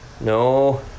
no